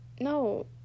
No